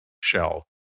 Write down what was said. shell